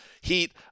heat